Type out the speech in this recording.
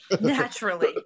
Naturally